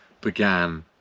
began